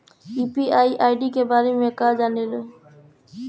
UPI ID के बारे में का जाने ल?